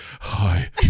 hi